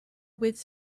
wits